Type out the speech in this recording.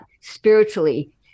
spiritually